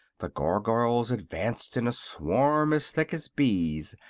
the gargoyles advanced in a swarm as thick as bees,